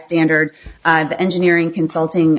standard of engineering consulting